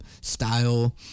style